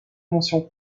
mention